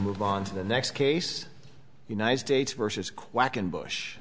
move on to the next case united states versus quackenbush